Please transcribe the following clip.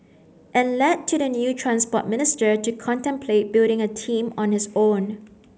and led to the new Transport Minister to contemplate building a team on his own